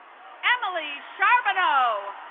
emily charbonneau.